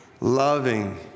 loving